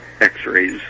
x-rays